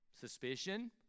Suspicion